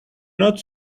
not